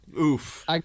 oof